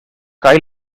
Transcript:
kaj